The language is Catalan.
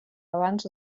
abans